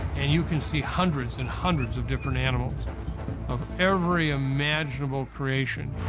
and you can see hundreds and hundreds of different animals of every imaginable creation.